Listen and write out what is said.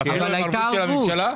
אבל הייתה ערבות.